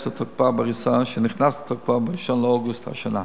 והיא תיכנס לתוקפה ב-1 באוגוסט השנה.